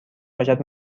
باشد